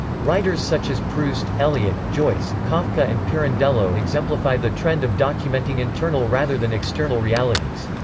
writers such as proust, eliot, joyce, kafka and pirandello exemplify the trend of documenting internal rather than external realities.